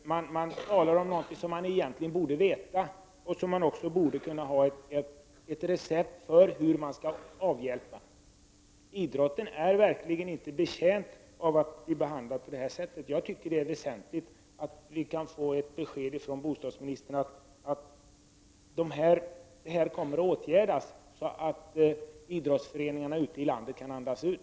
Man talar om något som man egentligen redan borde veta och som man också borde ha ett recept för hur man skall åtgärda. Idrottsrörelsen är verkligen inte betjänt av att bli behandlad på det här sättet. Det är väsentligt om vi kan få ett besked från bostadsministern om att det här kommer att åtgärdas så att idrottsföreningarna ute i landet kan andas ut.